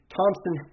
Thompson